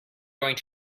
going